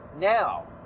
now